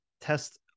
test